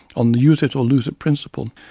on the use-it or lose-it principle,